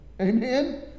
Amen